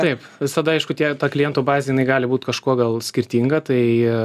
taip visada aišku tie ta klientų bazė jinai gali būt kažkuo gal skirtinga tai